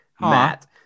Matt